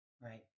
Right